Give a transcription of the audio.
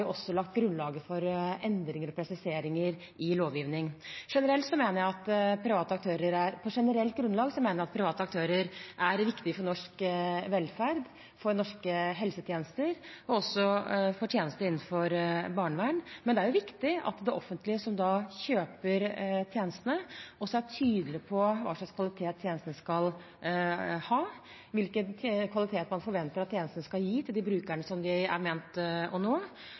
også lagt grunnlaget for endringer og presiseringer i lovgivning. På generelt grunnlag mener jeg at private aktører er viktige for norsk velferd, for norske helsetjenester og også for tjenester innenfor barnevern. Men det er viktig at det offentlige, som kjøper tjenestene, er tydelig på hva slags kvalitet tjenestene skal ha, hvilken kvalitet man forventer at tjenestene skal gi til de brukerne de er ment å nå,